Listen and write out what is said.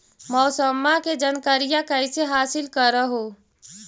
मौसमा के जनकरिया कैसे हासिल कर हू?